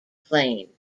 plane